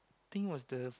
think was the